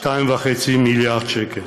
2.5 מיליארד שקל,